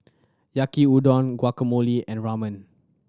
Yaki Udon Guacamole and Ramen